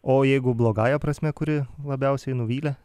o jeigu blogąja prasme kuri labiausiai nuvylė